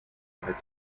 weitere